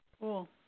Cool